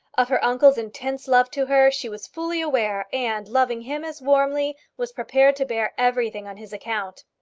of her uncle's intense love to her she was fully aware, and, loving him as warmly, was prepared to bear everything on his account.